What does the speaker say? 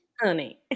Honey